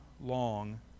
long